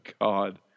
God